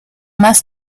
más